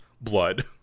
blood